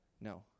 No